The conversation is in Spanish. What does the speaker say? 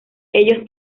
ellos